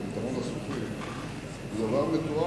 היתה פעולה של המופתי בירושלים, חאג'